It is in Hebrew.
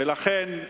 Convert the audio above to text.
ולכן,